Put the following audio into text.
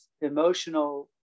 emotional